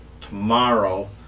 tomorrow